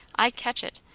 i catch it.